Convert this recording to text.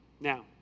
Now